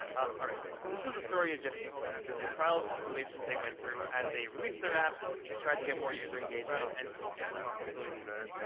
all right. this is the story of jesse and quinn and the trials and tribulations they went through as they released their app and tried to get more user engagement and get the profitability in the end.